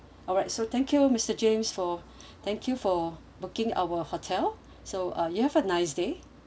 alright so thank you mister james for thank you for booking our hotel so uh you have a nice day